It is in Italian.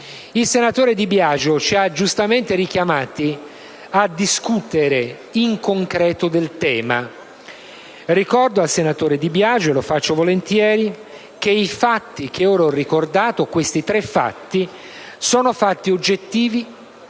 Il senatore Di Biagio ci ha giustamente richiamati a discutere in concreto del tema. Ricordo al senatore Di Biagio - lo faccio volentieri - che i fatti che ora ho ricordato, questi tre fatti, sono fatti oggettivi